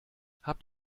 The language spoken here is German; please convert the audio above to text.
habt